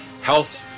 health